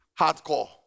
hardcore